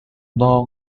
now